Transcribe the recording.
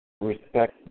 respect